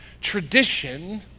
tradition